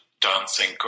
dancing